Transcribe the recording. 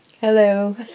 hello